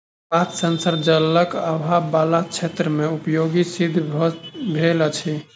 पात सेंसर जलक आभाव बला क्षेत्र मे उपयोगी सिद्ध भेल अछि